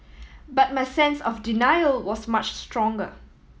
but my sense of denial was much stronger